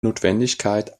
notwendigkeit